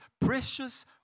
precious